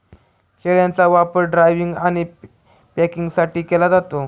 शेळ्यांचा वापर ड्रायव्हिंग आणि पॅकिंगसाठी केला जातो